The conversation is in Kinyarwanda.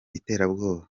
iterabwoba